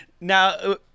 Now